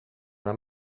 una